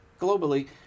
globally